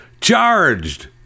charged